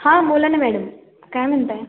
हां बोला ना मॅडम काय म्हणताय